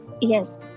yes